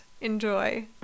enjoy